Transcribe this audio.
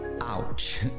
Ouch